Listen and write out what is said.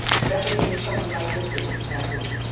beckoning to someone like this is a taboo.